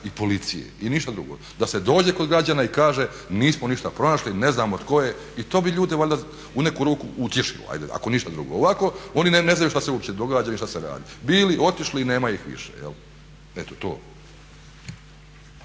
i policije i ništa drugo. Da se dođe kod građana i kaže nismo ništa pronašli, ne znamo tko je i to bi ljude valjda u neku ruku utješilo ajde ako ništa drugo. Ovako, oni ne znaju šta se uopće događa ni šta se radi. Bili, otišli i nema ih više. Eto to.